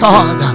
God